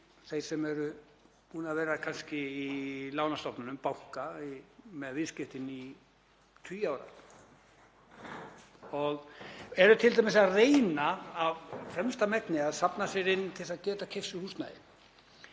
þeir sem eru búnir að vera kannski í lánastofnunum, banka, með viðskiptin í tugi ára og eru t.d. að reyna af fremsta megni að safna sér inn til að geta keypt sér húsnæði